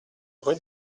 rue